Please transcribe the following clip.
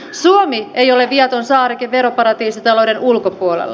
suomi ei ole viaton saareke veroparatiisitalouden ulkopuolella